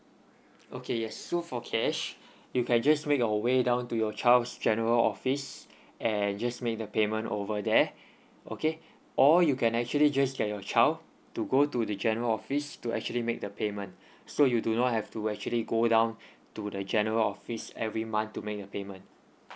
okay yes so for cash you can just make your way down to your child's general office and just make the payment over there okay or you can actually just get your child to go to the general office to actually make the payment so you do not have to actually go down to the general office every month to make a payment